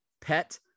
pet